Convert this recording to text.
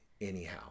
anyhow